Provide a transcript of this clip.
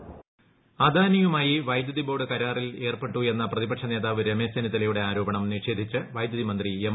മണി അദാനിയുമായി വൈദ്യതി ബോർഡ് കരാറിൽ ഏർപ്പെട്ടു എന്ന പ്രതിപക്ഷനേതാവ് രമേശ് ചെന്നിത്തലയുടെ ആരോപണം ്നിഷേധിച്ച് വൈദ്യുതി മന്ത്രി എം